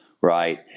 right